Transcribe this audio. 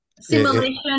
simulation